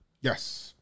Yes